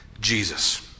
Jesus